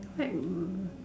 that